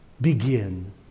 begin